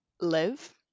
Live